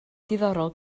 diddorol